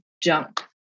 junk